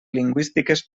lingüístiques